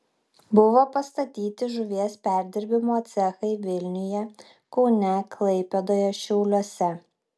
buvo pastatyti žuvies perdirbimo cechai vilniuje kaune klaipėdoje šiauliuose